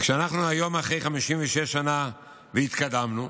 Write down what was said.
וכשאנחנו היום, אחרי 56 שנה, התקדמנו,